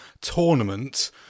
tournament